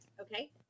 okay